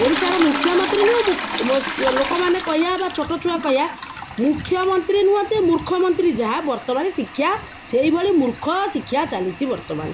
ଓଡ଼ିଶାର ମୁଖ୍ୟମନ୍ତ୍ରୀ ନୁହଁ ଲୋକମାନେ କହିବା ବା ଛୋଟ ଛୁଆ କହିବା ମୁଖ୍ୟମନ୍ତ୍ରୀ ନୁହଁନ୍ତି ମୂର୍ଖ ମନ୍ତ୍ରୀ ଯାହା ବର୍ତ୍ତମାନ ଶିକ୍ଷା ସେଇଭଳି ମୂର୍ଖ ଶିକ୍ଷା ଚାଲିଛି ବର୍ତ୍ତମାନ